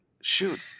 shoot